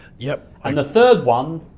yep. and the third one,